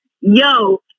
Yo